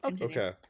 Okay